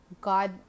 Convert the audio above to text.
God